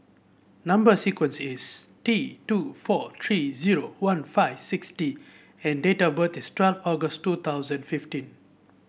number sequence is T two four three zero one five six D and date of birth is twelve August two thousand fifteen